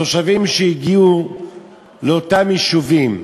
התושבים שהגיעו לאותם יישובים,